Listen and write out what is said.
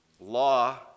law